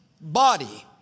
body